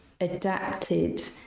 adapted